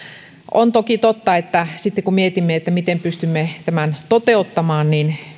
on toki totta että sitten kun mietimme miten pystymme tämän toteuttamaan niin